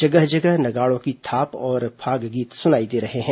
जगह जगह नगाड़ों की थाप और फाग गीत सुनाई दे रहे हैं